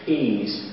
ease